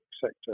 sector